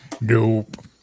Nope